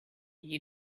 you